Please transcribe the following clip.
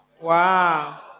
Wow